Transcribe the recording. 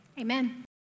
amen